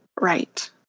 Right